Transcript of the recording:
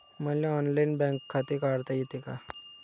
मले online bank खाते काढता येते का?